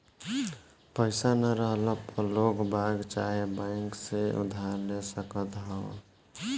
पईसा ना रहला पअ लोगबाग चाहे बैंक से उधार ले सकत हवअ